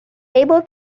able